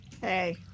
Hey